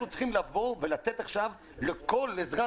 אנחנו צריכים לבוא ולתת עכשיו לכל אזרח